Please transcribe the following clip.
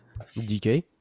DK